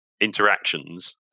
interactions